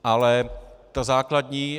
Ale ta základní...